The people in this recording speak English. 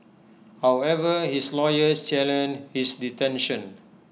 however his lawyers challenged his detention